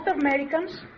Americans